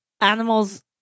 animals